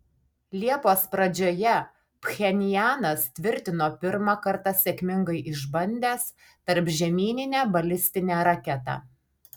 liepos pradžioje pchenjanas tvirtino pirmą kartą sėkmingai išbandęs tarpžemyninę balistinę raketą